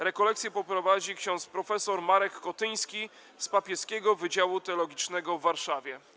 Rekolekcje poprowadzi ks. prof. Marek Kotyński z Papieskiego Wydziału Teologicznego w Warszawie.